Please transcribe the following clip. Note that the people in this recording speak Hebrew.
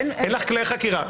אין לך כלי חקירה.